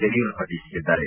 ಯಡಿಯೂರಪ್ಪ ಟೀಕಿಸಿದ್ದಾರೆ